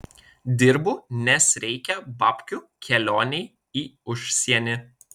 dirbu nes reikia babkių kelionei į užsienį